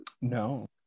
No